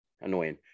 annoying